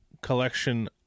Collection